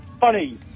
funny